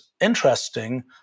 interesting